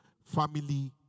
family